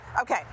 Okay